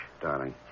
darling